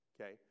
Okay